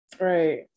Right